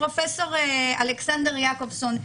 פרופ' אלכסנדר יעקובסון,